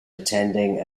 attending